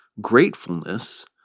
gratefulness